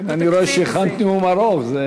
אני רואה שהכנת נאום ארוך.